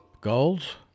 Goals